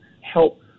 help